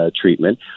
treatment